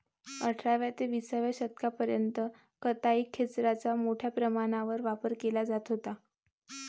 अठराव्या ते विसाव्या शतकापर्यंत कताई खेचराचा मोठ्या प्रमाणावर वापर केला जात होता